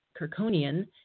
Kirkonian